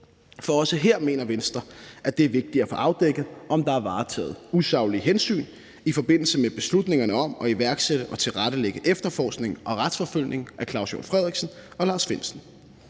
For også her mener Venstre, at det er vigtigt at få afdækket, om der er varetaget usaglige hensyn i forbindelse med beslutningerne om at iværksætte og tilrettelægge efterforskning og retsforfølgning af Claus Hjort Frederiksen og Lars Findsen.